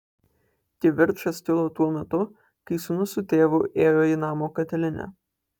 kivirčas kilo tuo metu kai sūnus su tėvu ėjo į namo katilinę